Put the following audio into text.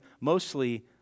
mostly